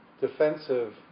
defensive